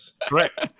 Correct